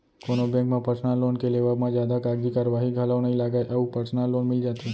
कोनो बेंक म personal loan के लेवब म जादा कागजी कारवाही घलौ नइ लगय अउ परसनल लोन मिल जाथे